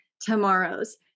Tomorrows